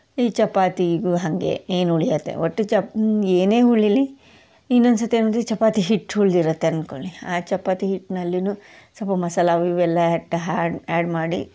ಈ ಚಪಾತಿಗೂ ಹಾಗೆ ಏನು ಉಳಿಯುತ್ತೆ ಒಟ್ಟು ಚಪ್ ಏನೇ ಉಳೀಲಿ ಇನ್ನೊಂದು ಸರ್ತಿ ಅಂದರೆ ಚಪಾತಿ ಹಿಟ್ಟು ಉಳ್ದಿರತ್ತೆ ಅಂದ್ಕೊಳಿ ಆ ಚಪಾತಿ ಹಿಟ್ನಲ್ಲಿಯೂ ಸ್ವಲ್ಪ ಮಸಾಲೆ ಅವು ಇವು ಎಲ್ಲ ಎಟ್ಟ ಆ್ಯಡ್ ಆ್ಯಡ್ ಮಾಡಿ